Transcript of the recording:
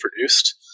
produced